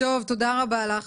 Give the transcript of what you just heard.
תודה רבה לך.